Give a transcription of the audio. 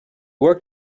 work